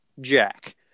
Jack